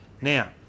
now